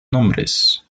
nombres